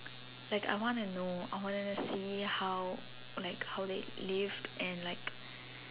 like I wanna know I wanna see how like they lived and like